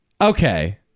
okay